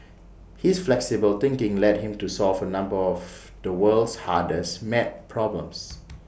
his flexible thinking led him to solve A number of the world's hardest math problems